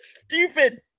stupid